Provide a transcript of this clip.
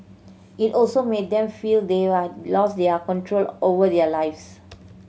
it also made them feel they are lost their control over their lives